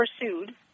pursued